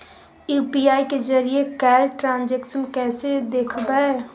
UPI के जरिए कैल ट्रांजेक्शन कैसे देखबै?